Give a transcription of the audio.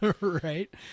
Right